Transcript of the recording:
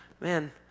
man